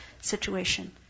situation